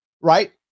right